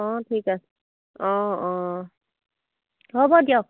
অঁ ঠিক আছে অঁ অঁ হ'ব দিয়ক